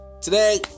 today